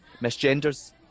misgenders